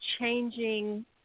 changing